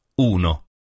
Uno